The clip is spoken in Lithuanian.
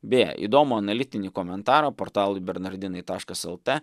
beje įdomų analitinį komentarą portalui bernardinai taškas lt